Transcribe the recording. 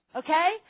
okay